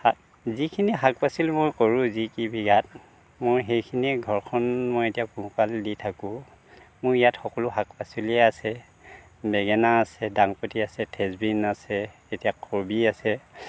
যিখিনি শাক পাচলি মই কৰোঁ যিকেইবিধ ইয়াত মই সেইখিনি ঘৰখন মই এতিয়া পোহপাল দি থাকোঁ মোৰ ইয়াত সকলো শাক পাচলিয়ে আছে বেঙেনা আছে ডাংবদি আছে ফ্ৰেঞ্চবিন আছে এতিয়া কবি আছে